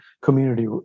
community